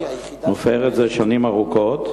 מופרת זה שנים ארוכות.